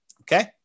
Okay